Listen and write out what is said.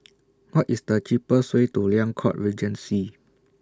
What IS The cheapest Way to Liang Court Regency